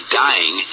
dying